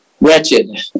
wretched